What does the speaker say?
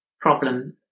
problem